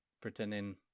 pretending